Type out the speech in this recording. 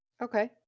Okay